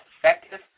effective